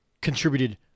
contributed